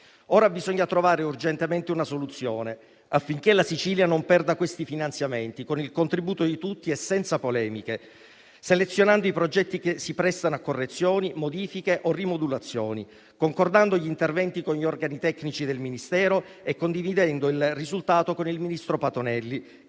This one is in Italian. Ora bisogna trovare urgentemente una soluzione affinché la Sicilia non perda questi finanziamenti, con il contributo di tutti e senza polemiche, selezionando i progetti che si prestano a correzioni, modifiche o rimodulazioni, concordando gli interventi con gli organi tecnici del Ministero e condividendo il risultato con il ministro Patuanelli,